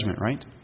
right